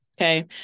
okay